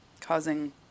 causing